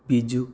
Biju